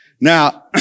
Now